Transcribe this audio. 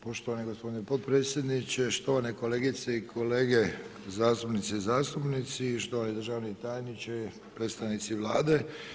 Poštovani gospodine potpredsjedniče, štovane kolegice i kolege zastupnice i zastupnici, štovani državni tajniče, predstavnici Vlade.